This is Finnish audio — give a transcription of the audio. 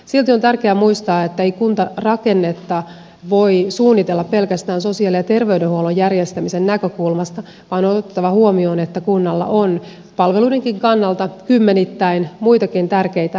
silti on tärkeää muistaa että ei kuntarakennetta voi suunnitella pelkästään sosiaali ja terveydenhuollon järjestämisen näkökulmasta vaan on otettava huomioon että kunnalla on palveluidenkin kannalta kymmenittäin muitakin tärkeitä palveluita